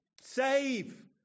Save